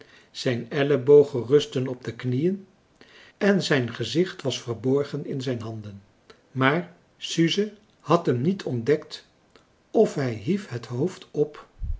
zijn ellebogen rustten op de knieën en zijn gezicht was verborgen in zijn handen maar suze had hem niet ontdekt of hij hief het hoofd op